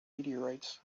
meteorites